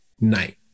night